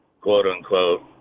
quote-unquote